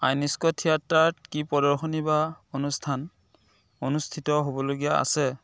INOX থিয়েটাৰত কি প্ৰদৰ্শনী বা অনুষ্ঠান অনুষ্ঠিত হ'বলগীয়া আছে